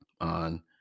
on